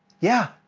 yeah,